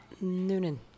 Noonan